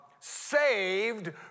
saved